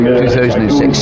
2006